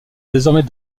désormais